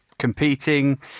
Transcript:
Competing